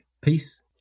Peace